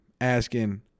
asking